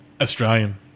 Australian